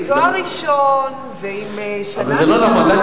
עובד סוציאלי עם תואר ראשון ועם שנה סטאז' אבל זה לא נכון.